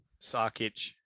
sarkic